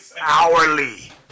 hourly